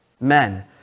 men